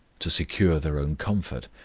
to secure their own comfort,